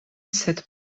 sed